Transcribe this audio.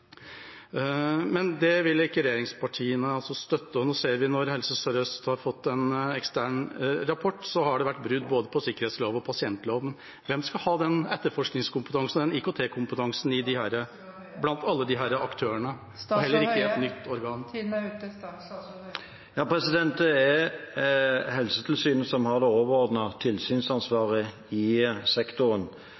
Men det vil regjeringspartiene ikke støtte. Vi ser nå, når Helse Sør-Øst har fått en ekstern rapport, at det har vært brudd både på sikkerhetsloven og på pasientloven. Hvem av alle disse aktørene skal ha den etterforskningskompetansen og den IKT-kompetansen – heller ikke i et nytt organ? Taletiden er ute. Statsråd Høie, vær så god. Det er Helsetilsynet som har det